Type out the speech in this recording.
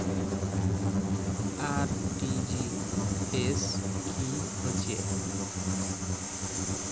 RTGS की होचए?